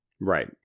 Right